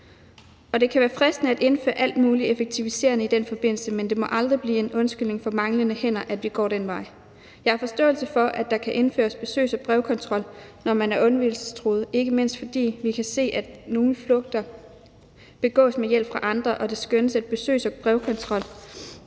Det kan være fristende at indføre alt muligt effektiviserende i den forbindelse, men det må aldrig blive en undskyldning for manglende hænder, at vi går den vej. Jeg har forståelse for, at der kan indføres besøgs- og brevkontrol, når man er undvigelsestruet, ikke mindst fordi vi kan se, at nogle flugter begås med hjælp fra andre, og det skønnes, at besøgs- og brevkontrol